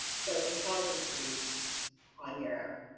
so intelligence briefs on europe.